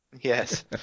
Yes